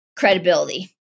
credibility